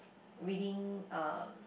reading uh